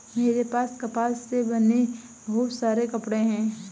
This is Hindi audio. मेरे पास कपास से बने बहुत सारे कपड़े हैं